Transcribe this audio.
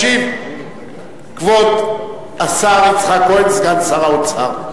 ישיב כבוד השר יצחק כהן, סגן שר האוצר,